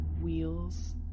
wheels